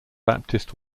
baptist